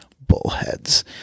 bullheads